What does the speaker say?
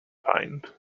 opined